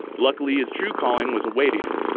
luckily, his true calling was awaiting him.